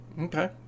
Okay